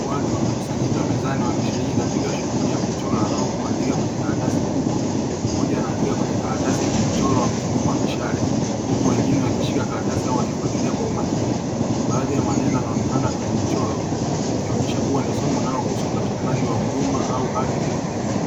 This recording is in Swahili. Watu wamekusanyika mezani wakishiriki katika shughuli ya kuchora au kuandika kwenye karatasi kubwa, mmoja anaandika kwenye karatasi yenye mchoro wenye mzunguko wa msale, huku wengine wakishika karatasi au wakifuatilia kwa umakini baadhi ya maneno yanaonekana kwenye mchoro yakionyesha kuwa ni somo linalohusu upatikanaji wa huduma au haki za kijamii,